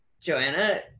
Joanna